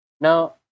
now